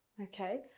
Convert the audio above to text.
okay.